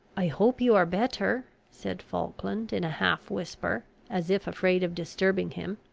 i hope you are better, said falkland in a half whisper, as if afraid of disturbing him.